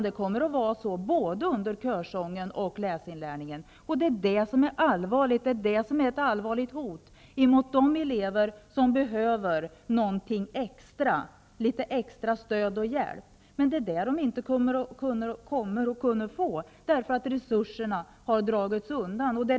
Det kommer att bli på det här sättet under både körsång och läsinlärning. Det är det som är allvarligt. Det är ett allvarligt hot mot de elever som behöver extra stöd och hjälp, vilket de inte kommer att kunna få på grund av att resuser har dragits undan.